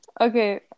Okay